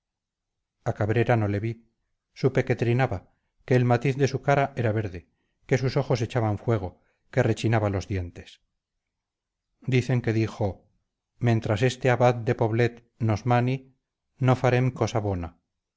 a cabrera no le vi supe que trinaba que el matiz de su cara era verde que sus ojos echaban fuego que rechinaba los dientes dicen que dijo mentras este abad de poblet nos mani no farem cosa bona